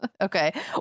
Okay